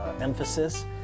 emphasis